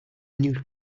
new